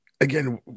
again